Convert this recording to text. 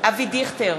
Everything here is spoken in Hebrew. אבי דיכטר,